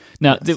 Now